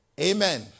Amen